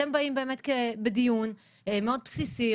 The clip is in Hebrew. אתם באים באמת בדיון מאוד בסיסי,